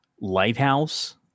lighthouse